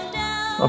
down